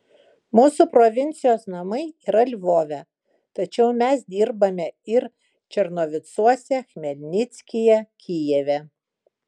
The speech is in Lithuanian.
mūsų provincijos namai yra lvove tačiau mes dirbame ir černovicuose chmelnickyje kijeve